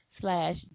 Slash